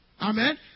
Amen